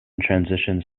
transitions